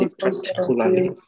particularly